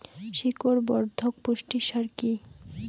শিকড় বর্ধক পুষ্টি সার কি?